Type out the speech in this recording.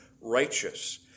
righteous